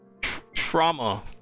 trauma